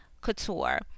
couture